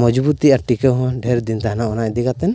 ᱢᱩᱡᱽᱵᱩᱛ ᱛᱮᱭᱟᱜ ᱴᱤᱠᱟᱹᱣ ᱦᱚᱸ ᱰᱷᱮᱨ ᱫᱤᱱ ᱛᱟᱦᱮᱱᱟ ᱚᱱᱟ ᱤᱫᱤ ᱠᱟᱛᱮᱫ